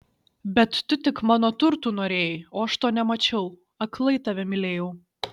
bet tu tik mano turtų norėjai o aš to nemačiau aklai tave mylėjau